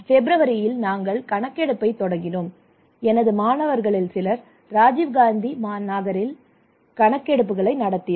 பிப்ரவரியில் நாங்கள் இந்த கணக்கெடுப்பைத் தொடங்கினோம் எனது மாணவர்களில் சிலர் ராஜீவ் காந்தி நகரில் கணக்கெடுப்புகளை நடத்தினார்கள்